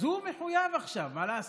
אז הוא מחויב עכשיו, מה לעשות?